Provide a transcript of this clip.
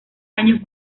años